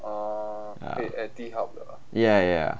ya ya ya